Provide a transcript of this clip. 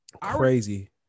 Crazy